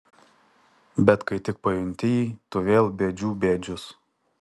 bet kai tik pajunti jį tu vėl bėdžių bėdžius